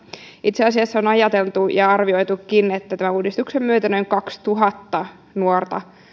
itse asiassa on ajateltu ja arvioitukin että tämän uudistuksen myötä noin kaksituhatta nuorta